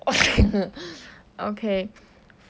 okay